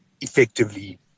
effectively